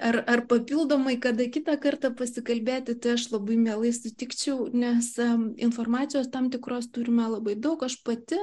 ar ar papildomai kada kitą kartą pasikalbėti tai aš labai mielai sutikčiau nes informacijos tam tikros turime labai daug aš pati